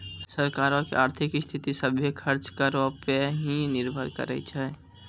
सरकारो के आर्थिक स्थिति, सभ्भे खर्च करो पे ही निर्भर करै छै